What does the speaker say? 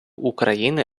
україни